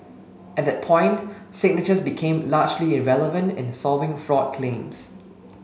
at that point signatures became largely irrelevant in solving fraud claims